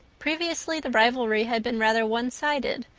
previously the rivalry had been rather one-sided,